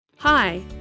Hi